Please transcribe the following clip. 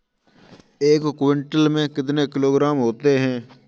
एक क्विंटल में कितने किलोग्राम होते हैं?